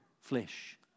flesh